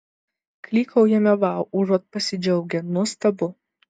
klykaujame vau užuot pasidžiaugę nuostabu